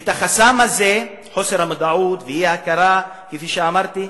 מהחסם הזה, חוסר המודעות והאי-הכרה, כפי שאמרתי,